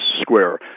Square